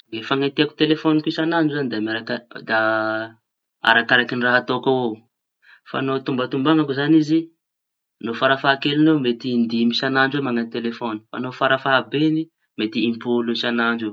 Ny fañentehako telefaôñiko isañ'andro zañy da miaraka arakaraky raha ataoko avao. Fa no tombatombañako zañy izy no fara fahakeliñy eo mety in-dimy isañ'andro eo mañenty telefaôny. Fara fahabeañ'izany mety impolo isañandro eo.